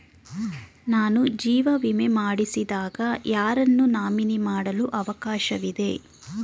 ನಾನು ಜೀವ ವಿಮೆ ಮಾಡಿಸಿದಾಗ ಯಾರನ್ನು ನಾಮಿನಿ ಮಾಡಲು ಅವಕಾಶವಿದೆ?